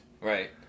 right